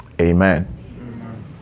amen